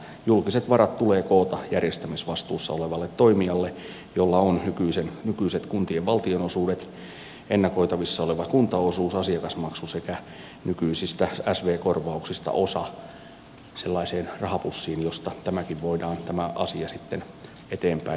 julkiset varat tulee koota järjestämisvastuussa olevalle toimijalle jolla on nykyiset kuntien valtionosuudet ennakoitavissa oleva kuntaosuus asiakasmaksu sekä nykyisistä sv korvauksista osa sellaiseen rahapussiin josta tämäkin asia voidaan sitten eteenpäin hoitaa